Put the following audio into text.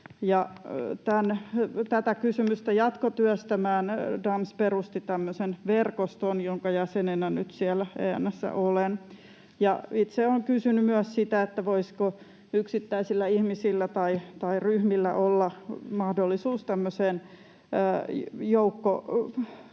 Tätä kysymystä jatkotyöstämään Daems perusti tämmöisen verkoston, jonka jäsenenä nyt siellä EN:ssä olen. Itse olen kysynyt myös sitä, voisiko yksittäisillä ihmisillä tai ryhmillä olla mahdollisuus tämmöiseen